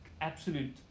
absolute